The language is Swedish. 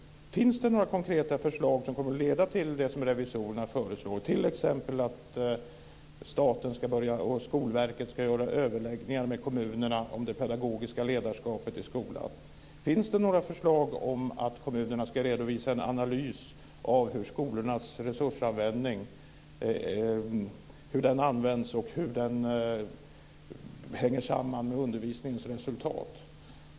Finns det några konkreta förslag som kommer att leda till det som revisorerna föreslår, t.ex. att Skolverket ska ha överläggningar med kommunerna om det pedagogiska ledarskapet i skolan? Finns det några förslag om att kommunerna ska redovisa en analys av hur skolornas resurser används och hur det hänger samman med undervisningens resultat?